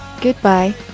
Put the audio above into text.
Goodbye